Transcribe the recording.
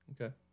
Okay